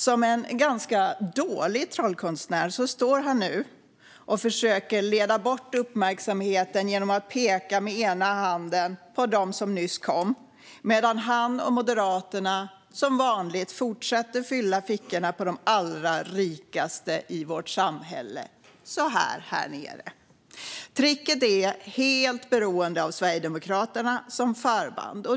Som en ganska dålig trollkonstnär står han nu och försöker leda bort uppmärksamheten genom att peka med ena handen på dem som nyss kommit medan han och Moderaterna som vanligt fortsätter att fylla fickorna på de allra rikaste i vårt samhälle. Tricket är helt beroende av Sverigedemokraterna som förband.